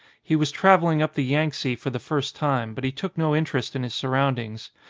he was travelling up the yangtze for the first time, but he took no interest in his surroundings.